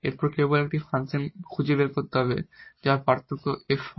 আমাদের কেবল একটি ফাংশন খুঁজে বের করতে হবে যার পার্থক্য f হয়